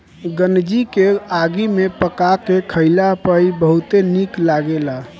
गंजी के आगी में पका के खइला पर इ बहुते निक लगेला